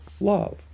love